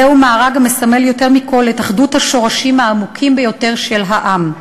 זהו מארג המסמל יותר מכול את אחדות השורשים העמוקים ביותר של העם,